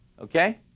Okay